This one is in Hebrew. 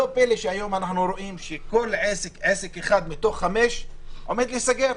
לא פלא שהיום אנחנו רואים ש-1 מכל 5 עסקים עומד להיסגר,